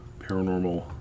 paranormal